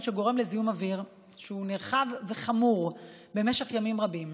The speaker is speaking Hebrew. שגורם לזיהום אוויר שהוא נרחב וחמור במשך ימים רבים.